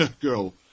Girl